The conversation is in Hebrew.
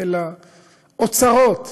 אלא אוצרות